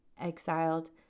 exiled